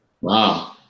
Wow